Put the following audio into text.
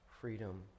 Freedom